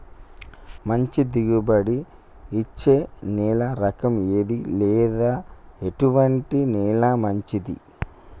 మంచి దిగుబడి ఇచ్చే నేల రకం ఏది లేదా ఎటువంటి నేల మంచిది?